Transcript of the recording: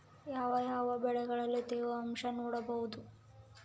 ಯಾವ ಯಾವ ಬೆಳೆಗಳಲ್ಲಿ ತೇವಾಂಶವನ್ನು ನೋಡಬಹುದು?